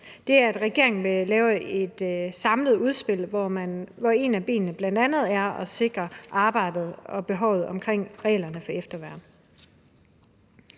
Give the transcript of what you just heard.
og unge. Regeringen vil lave et samlet udspil, hvor et af benene er at sikre arbejdet og behovet omkring reglerne for efterværn,